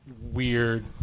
weird